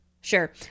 Sure